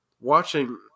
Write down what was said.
watching